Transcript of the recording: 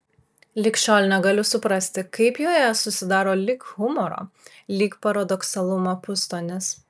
lig šiol negaliu suprasti kaip joje susidaro lyg humoro lyg paradoksalumo pustonis